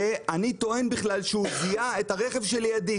ואני טוען בכלל שהוא זהה את הרכב שלידי?